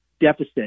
Deficit